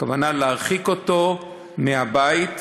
להרחיק אותו מהבית.